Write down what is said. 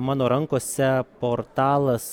mano rankose portalas